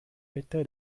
better